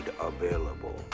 available